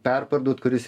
perparduot kuris